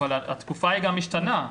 התקופה גם משתנה.